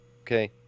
okay